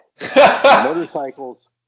Motorcycles